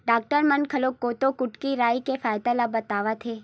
doctor मन घलोक कोदो, कुटकी, राई के फायदा ल बतावत हे